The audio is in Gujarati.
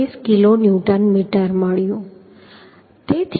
25 કિલો ન્યૂટન મીટર મળ્યું